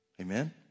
Amen